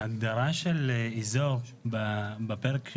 ההגדרה של אזור בפרק,